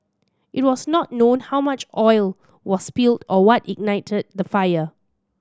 it was not known how much oil was spilled or what ignited the fire